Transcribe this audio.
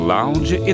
Lounge